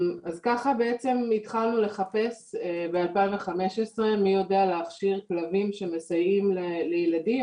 ככה בעצם התחלנו לחפש ב-2015 מי יודע להכשיר כלבים שמסייעים לילדים,